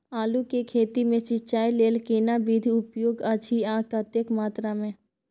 आलू के खेती मे सिंचाई लेल केना विधी उपयुक्त अछि आ कतेक मात्रा मे?